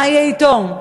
מה יהיה אתו?